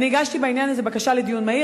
אני הגשתי בעניין הזה בקשה לדיון מהיר.